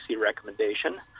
recommendation